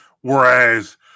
whereas